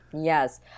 Yes